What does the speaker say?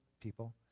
people